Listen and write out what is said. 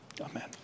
Amen